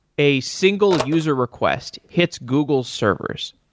a single user request hits google servers.